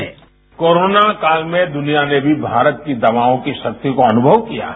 bite corona काल में दूनिया ने भी भारत की दवाओं की शक्ति का अनुभव किया है